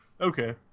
Okay